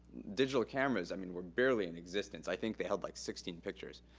digital cameras i mean were barely in existence. i think they held like sixteen pictures.